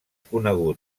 conegut